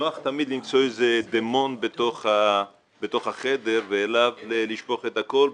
נוח תמיד למצוא איזה דמונד בתוך החדר ואליו לשפוך את הכול.